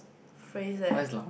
phase leh